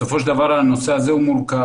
בסופו של דבר הנושא הזה הוא מורכב,